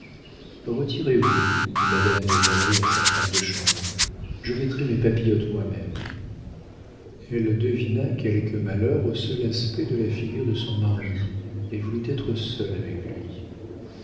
retirez-vous dit madame de merret à sa femme de chambre je mettrai mes papillotes moi-même elle devina quelque malheur au seul aspect de la figure de son mari et voulut être seule avec lui